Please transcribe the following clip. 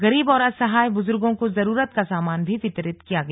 गरीब और असहाय बुजुर्गों को जरूरत का सामान भी वितरित किया गया